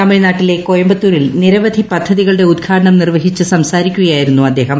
തമിഴ്നാട്ടിലെ കോയമ്പത്തൂരിൽ നിരവധി പദ്ധതികളുട്ടു ഉദ്ഘാടനം നിർവ്വഹിച്ച് സംസാരിക്കുകയായിരുന്നു അദ്ദേഹം